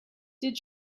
did